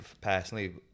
personally